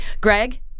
Greg